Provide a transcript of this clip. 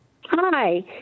Hi